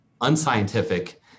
unscientific